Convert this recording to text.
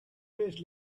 days